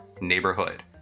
neighborhood